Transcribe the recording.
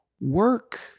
Work